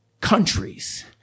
countries